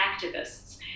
activists